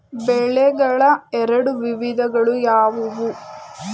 ಬೆಳೆಗಳ ಎರಡು ವಿಧಗಳು ಯಾವುವು?